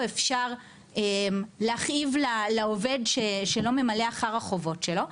אפשר להכאיב לעובד שלא ממלא אחר החובות שלו,